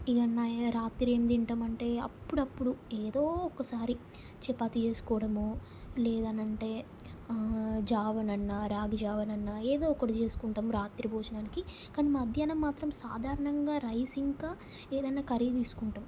ఇంకా నై రాత్రి ఏం తింటామంటే అప్పుడప్పుడు ఏదో ఒక్కసారి చపాతి చేసుకోవడమో లేదనంటే జావనన్న రాగి జావనన్న ఏదో ఒకటి చేసుకుంటాం రాత్రి భోజనానికి కానీ మధ్యాహ్నం మాత్రం సాధారణంగా రైస్ ఇంకా ఏదన్నా కర్రీ తీసుకుంటాం